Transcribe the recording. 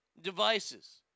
devices